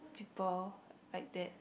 people like that